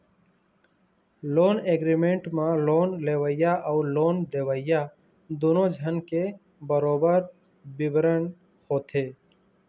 loan agreement म loan लेवइया अउ लोन देवइया दूनो झन के बरोबर बिबरन होथे